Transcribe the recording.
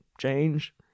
change